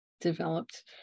developed